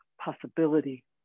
possibility